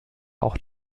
auch